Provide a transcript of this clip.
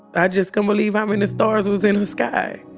i just couldn't believe how many stars was in the sky.